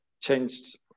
changed